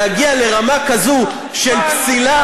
להגיע לרמה כזו של פסילה?